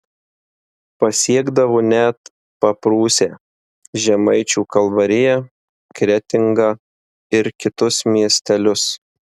pasiekdavo net paprūsę žemaičių kalvariją kretingą ir kitus miestelius